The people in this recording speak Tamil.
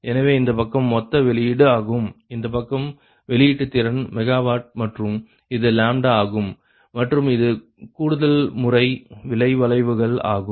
எனவே இந்த பக்கம் மொத்த வெளியீடு ஆகும் இந்த பக்கம் வெளியீட்டு திறன் MW மற்றும் இது ஆகும் மற்றும் இது கூடுதல்முறை விலை வளைவுகள் ஆகும்